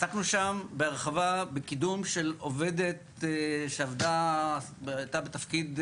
עסקנו שם בהרחבה בקידום של עובדת שהייתה בתפקיד,